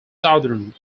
southern